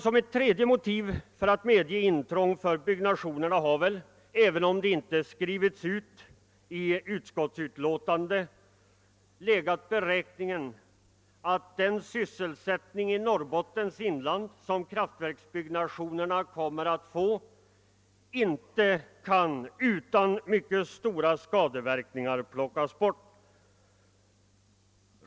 Som ett tredje motiv för att medge intrång för byggnationerna har väl, även om det inte skrivits ut av utskottet, 1egat beräkningen att den sysselsättning i Norrbottens inland, som kraftverksbyggnationerna kommer att få, inte utan mycket stora skadeverkningar kan plockas bort.